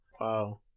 Wow